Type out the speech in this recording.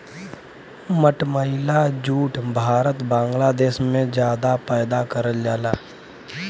मटमैला जूट भारत बांग्लादेश में जादा पैदा करल जाला